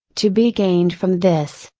to be gained from this.